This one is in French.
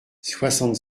soixante